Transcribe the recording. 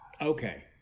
Okay